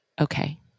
okay